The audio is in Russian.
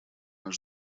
наш